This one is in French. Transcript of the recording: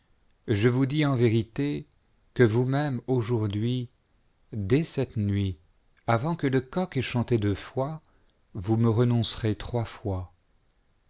je vous dis en vérité que vousmême aujourd'hui dès cette nuit avant que le coq ait chanté deux fois vous me renoncerez trois fois